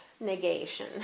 negation